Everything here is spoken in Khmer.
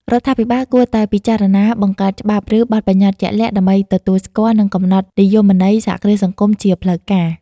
រដ្ឋាភិបាលគួរតែពិចារណាបង្កើតច្បាប់ ឬបទប្បញ្ញត្តិជាក់លាក់ ដើម្បីទទួលស្គាល់ និងកំណត់និយមន័យ សហគ្រាសសង្គម ជាផ្លូវការ ។